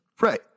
Right